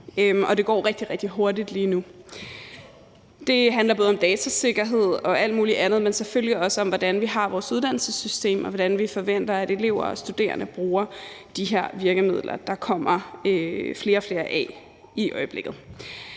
rigtig, rigtig hurtigt lige nu. Det handler både om datasikkerhed og alt muligt andet, men selvfølgelig også om, hvordan vi har indrettet vores uddannelsessystemer, og hvordan vi forventer at elever og studerende bruger de her virkemidler, som der kommer flere og flere af i øjeblikket.